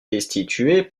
destitué